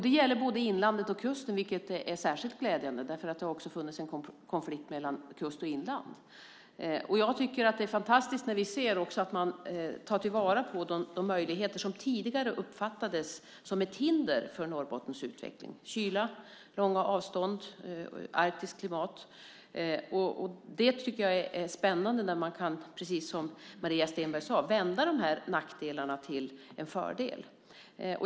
Det gäller både inlandet och kusten, vilket är särskilt glädjande, därför att det har funnits en konflikt mellan kust och inland. Det är fantastiskt att se hur man tar vara på de möjligheter som tidigare uppfattades som ett hinder för Norrbottens utveckling, som kyla, långa avstånd, arktiskt klimat. Precis som Maria Stenberg sade är det spännande att man kan vända de här nackdelarna till en fördel.